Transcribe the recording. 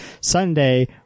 Sunday